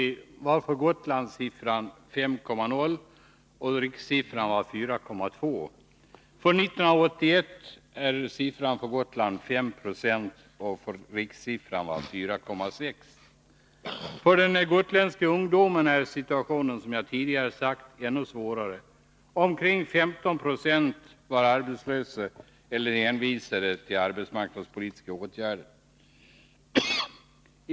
För den gotländska ungdomen är situationen, som jag tidigare sagt, ännu svårare: omkring 15 96 var arbetslösa eller hänvisade till arbetsmarknadspolitiska åtgärder.